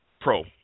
Pro